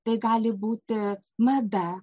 tai gali būti mada